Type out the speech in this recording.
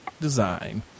design